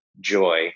joy